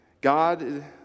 God